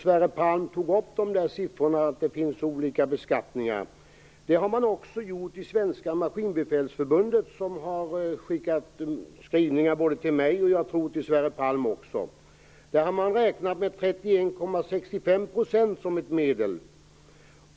Fru talman! Det var intressant att Sverre Palm tog upp de olika beskattningarna. Det har också Maskinbefälsförbundet gjort. De har skickat skrivningar både till mig och, tror jag, till Sverre Palme. Där har man räknat med 31,65 % som genomsnittlig skatt.